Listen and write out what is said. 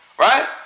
Right